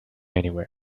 anywhere